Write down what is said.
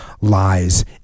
lies